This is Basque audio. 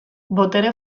botere